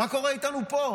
מה קורה איתנו פה?